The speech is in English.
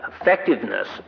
effectiveness